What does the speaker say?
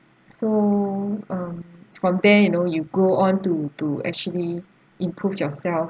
so um from there you know you go on to to actually improve yourself